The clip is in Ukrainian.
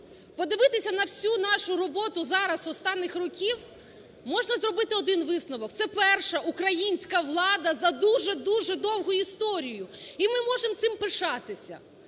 подивитися на всю нашу роботу зараз останніх років, можна зробити один висновок: це перша українська влада за дуже-дуже довгу історію. І ми можемо цим пишатися.